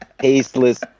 tasteless